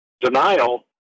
denial